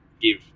give